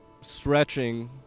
stretching